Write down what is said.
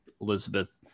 Elizabeth